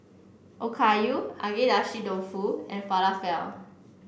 Okayu Agedashi Dofu and Falafel